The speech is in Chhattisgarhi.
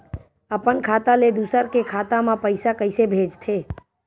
अपन खाता ले दुसर के खाता मा पईसा कइसे भेजथे?